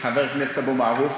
חבר הכנסת אבו מערוף,